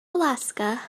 alaska